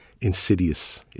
insidious